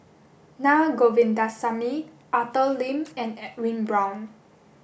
Na Govindasamy Arthur Lim and Edwin Brown